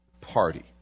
party